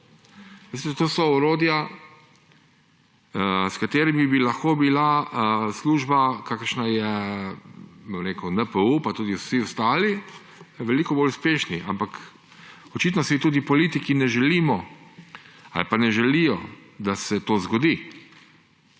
to so orodja, s katerimi bi lahko bile službe, kakršna je NPU pa tudi vse ostale, veliko bolj uspešne. Ampak očitno si tudi politiki ne želimo ali pa ne želijo, da se to zgodi.